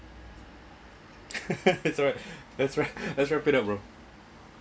that's right that's right that's reputable